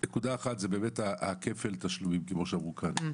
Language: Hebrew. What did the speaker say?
אחת, זה כפל התשלומים כמו שאמרו כאן.